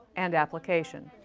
and application.